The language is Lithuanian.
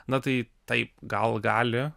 na tai taip gal gali